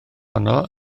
honno